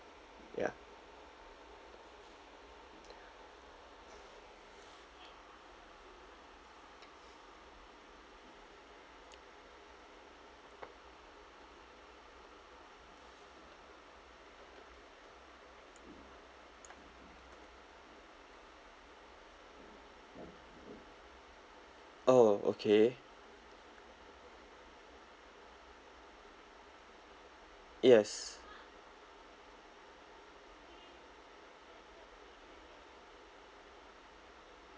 ya oh okay yes